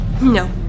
No